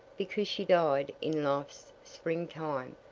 because she died in life's spring time,